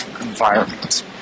environment